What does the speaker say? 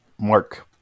Mark